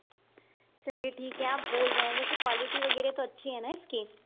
चलिए ठीक है आप बोल रहे हैं वैसे क्वालिटी वगैरह तो अच्छी है ना इसकी